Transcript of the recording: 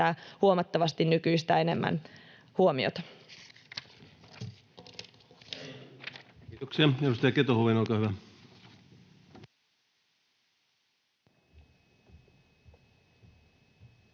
huomattavasti nykyistä enemmän huomiota. Kiitoksia. — Edustaja Keto-Huovinen, olkaa hyvä.